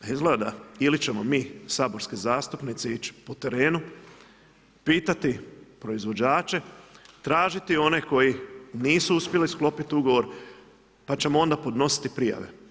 A izgleda ili ćemo mi saborski zastupnici ići po trenu pitati proizvođače, tražiti one koji nisu uspjeli sklopiti ugovor pa ćemo onda podnositi prijave.